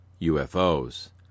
UFOs